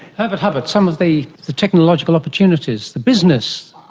herbert huppert, some of the the technological opportunities, the business?